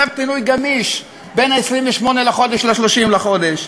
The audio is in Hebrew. צו פינוי גמיש בין 28 בחודש ל-30 בחודש.